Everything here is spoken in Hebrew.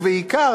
ובעיקר,